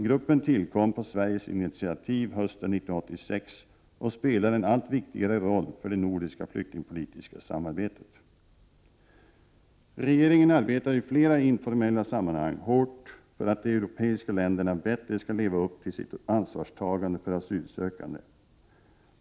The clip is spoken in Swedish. Gruppen tillkom på Sveriges initiativ hösten 1986 och spelar en allt viktigare roll för det nordiska flyktingpolitiska samarbetet. Regeringen arbetar i flera informella sammanhang hårt för att de europeiska länderna bättre skall leva upp till sitt ansvarstagande för asylsökande.